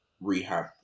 rehab